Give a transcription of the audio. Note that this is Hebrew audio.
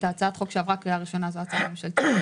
הצעת החוק שעברה קריאה ראשונה זו הצעה ממשלתית,